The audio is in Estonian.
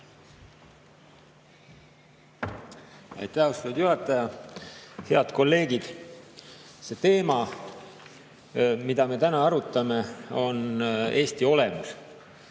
Aitäh, austatud juhataja! Head kolleegid! See teema, mida me täna arutame, on Eesti olemus.